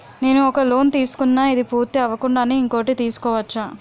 నేను ఒక లోన్ తీసుకున్న, ఇది పూర్తి అవ్వకుండానే ఇంకోటి తీసుకోవచ్చా?